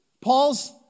Paul's